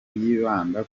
yibanda